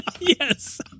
Yes